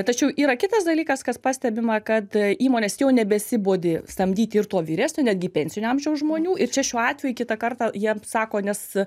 tačiau yra kitas dalykas kas pastebima kad įmonės jau nebesibodi samdyti ir to vyresnio netgi pensinio amžiaus žmonių ir čia šiuo atveju kitą kartą jiems sako nes